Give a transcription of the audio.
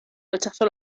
rechazó